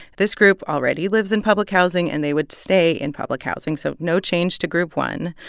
this group already lives in public housing and they would stay in public housing, so no change to group one.